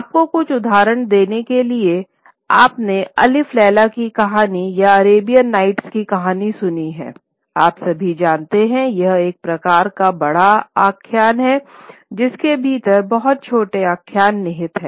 आपको कुछ उदाहरण देने के लिए आपने अलिफ लैला की कहानी या अरेबियन नाइट्स की कहानी सुनी है आप सभी जानते हैं कि यह एक प्रकार का बड़ा आख्यान हैं जिसके भीतर बहुत छोटे आख्यान निहित हैं